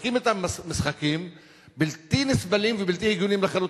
משחקים אתם משחקים בלתי נסבלים ובלתי הגיוניים לחלוטין.